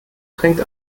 trinkt